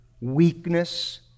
weakness